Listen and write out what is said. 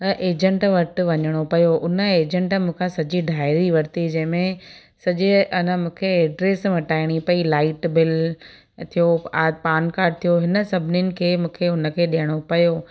agent वटि वञिणो पियो हुन एजंट मूं खां सॼी डायरी वरिती जंहिं में सॼे अन मूंखे एड्रेस मटाइणी पेई लाइट बिल थियो आहे पान काड थियो हुन सभिनिनि खे मूंखे हुनखे ॾियणो पियो